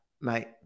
mate